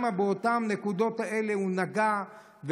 באותן הנקודות הוא נגע,